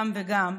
גם וגם,